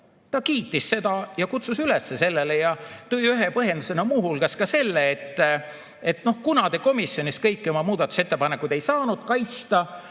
Ta kiitis seda ja kutsus üles sellele ja tõi ühe põhjendusena muu hulgas ka selle, et kuna te komisjonis kõiki oma muudatusettepanekuid ei saanud kaitsta,